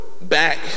back